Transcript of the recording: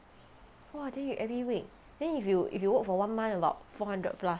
!wah! then you every week then if you if you work for one month about four hundred plus